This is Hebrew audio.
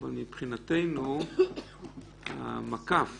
אבל מבחינתנו המקף